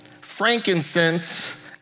frankincense